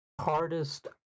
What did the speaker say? hardest